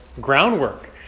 groundwork